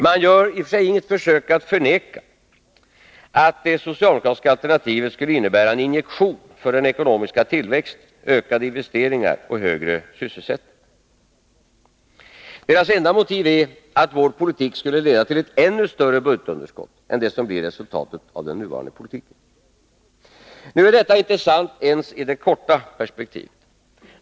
Man gör i och för sig inget försök att förneka att det socialdemokratiska alternativet skulle innebära en injektion för ekonomisk tillväxt, ökade investeringar och högre sysselsättning. Majoritetens enda motiv är att vår politik skulle leda till ett ännu större budgetunderskott än det som blir resultatet av den nuvarande politiken. Nu är detta inte sant ensi det korta perspektivet.